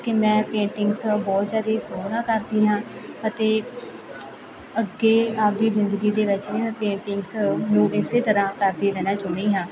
ਕਿ ਮੈਂ ਪੇਟਿੰਗਸ ਬਹੁਤ ਜ਼ਿਆਦਾ ਸੋਹਣਾ ਕਰਦੀ ਹਾਂ ਅਤੇ ਅੱਗੇ ਆਪਣੀ ਜ਼ਿੰਦਗੀ ਦੇ ਵਿੱਚ ਵੀ ਮੈਂ ਪੇਂਟਿੰਗਸ ਨੂੰ ਇਸ ਤਰ੍ਹਾਂ ਕਰਦੀ ਰਹਿਣਾ ਚਾਹੁੰਦੀ ਹਾਂ